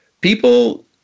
people